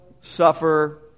suffer